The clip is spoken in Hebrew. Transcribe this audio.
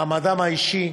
מעמדם האישי,